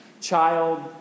child